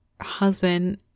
husband